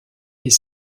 des